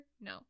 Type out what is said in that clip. No